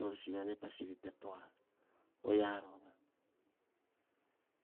nor sivi ane pe tua oyia rova.